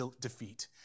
defeat